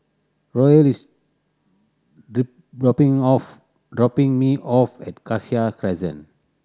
Roel is dropping off dropping me off at Cassia Crescent